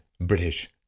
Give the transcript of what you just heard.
British